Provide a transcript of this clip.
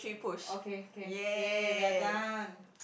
okay k !yay! we are done